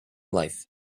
life